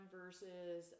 versus